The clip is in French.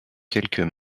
quelques